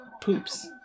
Poops